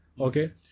Okay